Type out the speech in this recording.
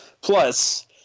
Plus